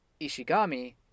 Ishigami